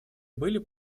были